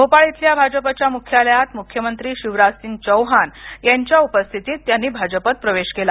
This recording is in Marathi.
भोपाळ इथल्या भाजपच्या मुख्यालयात मुख्यमंत्री शिवराज सिंग चौहान यांच्या उपस्थितीत त्यांनी भाजपत प्रवेश केला